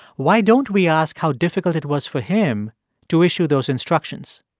why don't we ask how difficult it was for him to issue those instructions?